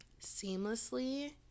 seamlessly